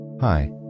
Hi